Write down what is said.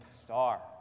star